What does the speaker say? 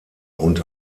und